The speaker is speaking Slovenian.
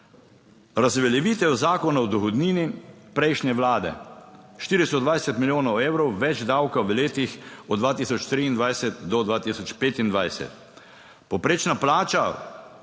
Razveljavitev Zakona o dohodnini prejšnje vlade, 420 milijonov evrov več davka v letih od 2023 do 2025. Povprečna plača